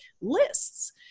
lists